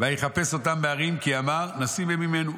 ויחפש אותם בהרים כי אמר נסים הם ממנו.